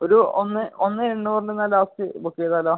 ഒരു ഒന്ന് ഒന്ന് എണ്ണൂറിന് ഞാൻ ലാസ്റ്റ് ബുക്ക് ചെയ്താലോ